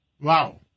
Wow